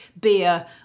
beer